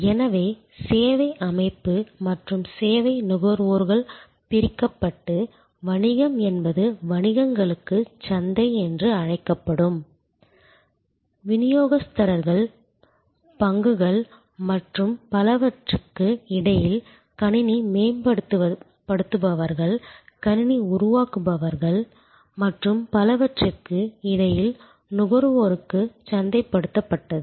எனவே சேவை அமைப்பு மற்றும் சேவை நுகர்வோர்கள் பிரிக்கப்பட்டு வணிகம் என்பது வணிகங்களுக்கு சந்தை என்று அழைக்கப்படும் விநியோகஸ்தர்கள் விநியோகஸ்தர்கள் பங்குகள் மற்றும் பலவற்றிற்கு இடையில் கணினி மேம்படுத்துபவர்கள் கணினி உருவாக்குபவர்கள் மற்றும் பலவற்றிற்கு இடையில் நுகர்வோருக்கு சந்தைப்படுத்தப்பட்டது